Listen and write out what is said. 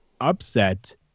upset